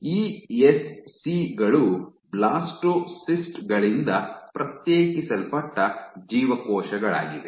SC ಗಳು blastocyst ಗಳಿಂದ ಪ್ರತ್ಯೇಕಿಸಲ್ಪಟ್ಟ ಜೀವಕೋಶಗಳಾಗಿವೆ